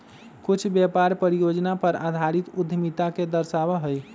कुछ व्यापार परियोजना पर आधारित उद्यमिता के दर्शावा हई